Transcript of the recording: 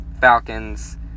Falcons